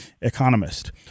economist